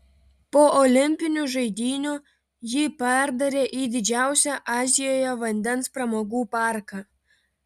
po olimpinių žaidynių jį perdarė į didžiausią azijoje vandens pramogų parką